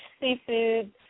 seafood